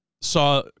saw